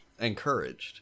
encouraged